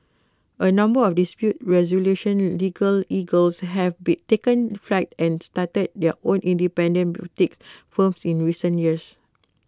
A number of dispute resolution legal eagles have be taken flight and started their own independent boutique firms in recent years